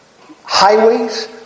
highways